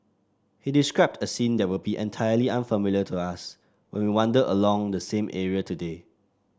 he described a scene that will be entirely unfamiliar to us when we wander along the same area today